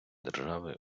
держави